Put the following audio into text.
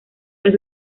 las